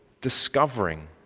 discovering